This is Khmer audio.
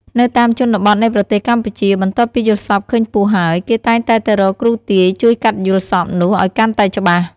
នៅតាមជនបទនៃប្រទេសកម្ពុជា បន្ទាប់ពីយល់សប្តិឃើញពស់ហើយ គេតែងតែទៅរកគ្រូទាយជួយកាត់យល់សប្តិនោះឱ្យកាន់តែច្បាស់។